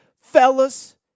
Fellas